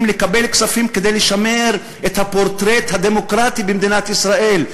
לקבל כספים כדי לשמר את הפורטרט הדמוקרטי במדינת ישראל?